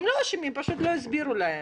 הם לא אשמים, פשוט לא הסבירו להם.